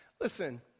Listen